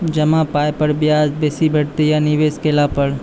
जमा पाय पर ब्याज बेसी भेटतै या निवेश केला पर?